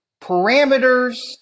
parameters